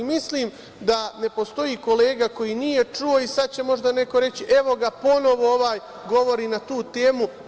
Mislim da ne postoji kolega koji nije čuo i sad će možda neko reći – evo ga ponovo ovaj govori na tu temu.